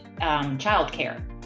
childcare